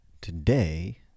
Today